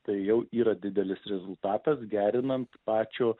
tai jau yra didelis rezultatas gerinant pačio